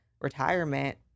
retirement